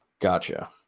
Gotcha